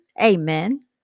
Amen